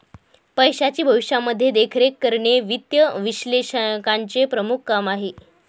पैशाची भविष्यामध्ये देखरेख करणे वित्त विश्लेषकाचं प्रमुख काम आहे